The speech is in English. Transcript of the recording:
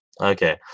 Okay